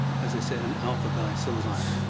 as they say, an alpha guy. so was i.